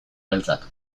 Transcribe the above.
beltzak